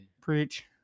Preach